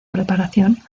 preparación